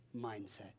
mindset